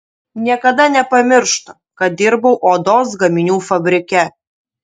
niekada nepamirštu kad dirbau odos gaminių fabrike